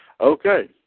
Okay